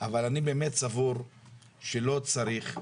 אבל אני באמת סבור שלא צריך.